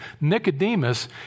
Nicodemus